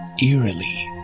eerily